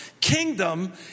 kingdom